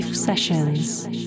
sessions